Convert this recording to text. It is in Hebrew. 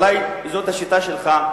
אולי זאת השיטה שלך,